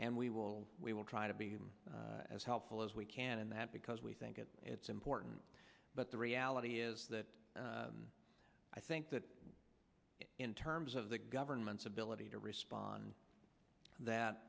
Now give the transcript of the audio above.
nd we will we will try to be as helpful as we can in that because we think it's important but the reality is that i think that in terms of the government's ability to respond that